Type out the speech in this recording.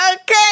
Okay